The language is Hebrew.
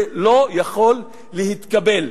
זה לא יכול להתקבל.